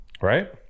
Right